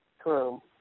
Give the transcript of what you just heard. True